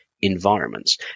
environments